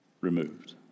removed